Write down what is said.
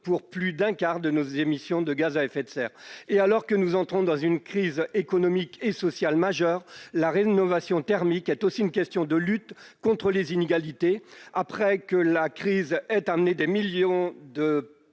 pour plus d'un quart de nos émissions de gaz à effet de serre. Alors que nous entrons dans une crise économique et sociale majeure, la rénovation thermique est aussi une question de lutte contre les inégalités, après que la crise sanitaire a amené des millions de